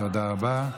תודה רבה.